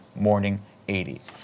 morning80